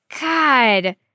God